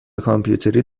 کامپیوتری